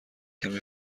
کمی